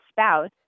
spouse